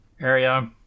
area